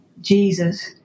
Jesus